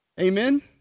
Amen